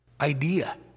idea